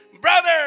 Brother